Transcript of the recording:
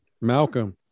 Malcolm